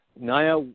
Naya